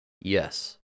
Yes